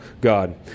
God